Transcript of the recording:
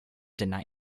deny